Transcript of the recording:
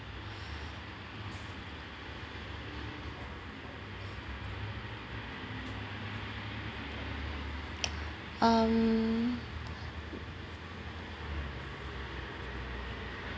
um